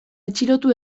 atxilotu